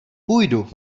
půjdu